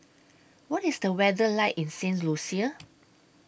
What IS The weather like in Saint Lucia